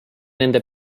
nende